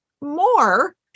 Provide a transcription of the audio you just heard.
more